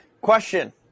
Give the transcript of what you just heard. Question